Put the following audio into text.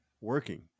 working